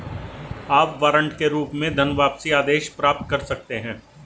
आप वारंट के रूप में धनवापसी आदेश प्राप्त कर सकते हैं